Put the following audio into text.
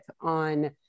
on